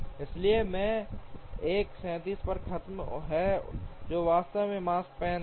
इसलिए जे 1 37 पर खत्म जो वास्तव में Makespan है